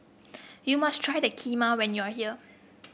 you must try the Kheema when you are here